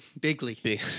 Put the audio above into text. bigly